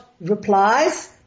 replies